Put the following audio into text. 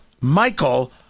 Michael